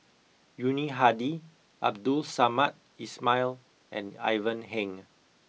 Yuni Hadi Abdul Samad Ismail and Ivan Heng